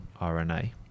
RNA